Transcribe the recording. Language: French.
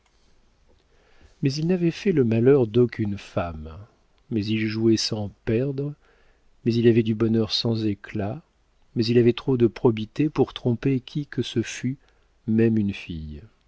mais il n'avait fait le malheur d'aucune femme mais il jouait sans perdre mais il avait du bonheur sans éclat mais il avait trop de probité pour tromper qui que ce fût même une fille